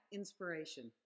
inspiration